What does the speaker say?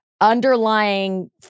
underlying